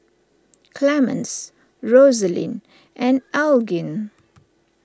Clemens Rosaline and Elgin